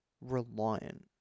reliant